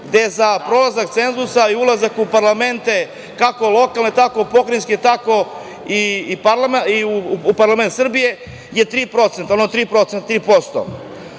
gde za prelazak cenzusa i ulazak u parlamente, kako lokalne, tako pokrajinske, tako i u Parlament Srbije, je 3%.Kada smo